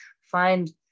find